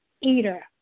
eater